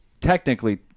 technically